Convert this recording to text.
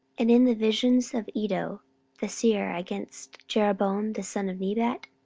and in the visions of iddo the seer against jeroboam the son of nebat?